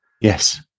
yes